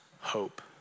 hope